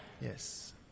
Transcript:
Yes